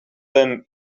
them